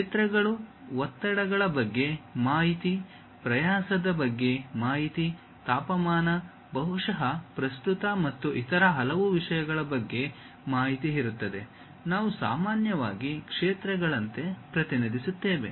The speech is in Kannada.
ಕ್ಷೇತ್ರಗಳು ಒತ್ತಡಗಳ ಬಗ್ಗೆ ಮಾಹಿತಿ ಪ್ರಯಾಸದ ಬಗ್ಗೆ ಮಾಹಿತಿ ತಾಪಮಾನ ಬಹುಶಃ ಪ್ರಸ್ತುತ ಮತ್ತು ಇತರ ಹಲವು ವಿಷಯಗಳ ಬಗ್ಗೆ ಮಾಹಿತಿ ಇರುತ್ತದೆ ನಾವು ಸಾಮಾನ್ಯವಾಗಿ ಕ್ಷೇತ್ರಗಳಂತೆ ಪ್ರತಿನಿಧಿಸುತ್ತೇವೆ